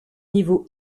niveau